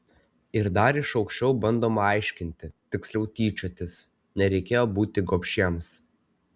ir dar iš aukščiau bandoma aiškinti tiksliau tyčiotis nereikėjo būti gobšiems